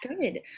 Good